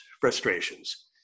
frustrations